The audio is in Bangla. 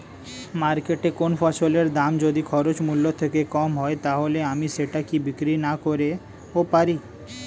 মার্কেটৈ কোন ফসলের দাম যদি খরচ মূল্য থেকে কম হয় তাহলে আমি সেটা কি বিক্রি নাকরতেও পারি?